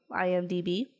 IMDB